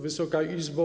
Wysoka Izbo!